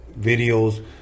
videos